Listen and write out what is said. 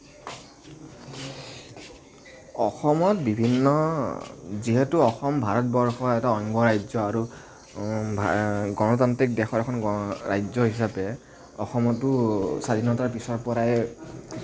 অসমত বিভিন্ন যিহেতু অসম ভাৰতবৰ্ষৰ এটা অংগৰাজ্য আৰু গণতান্ত্ৰিক দেশৰ এখন ৰাজ্য হিচাপে অসমতো স্বাধীনতাৰ পিছৰ পৰাই